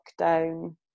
lockdown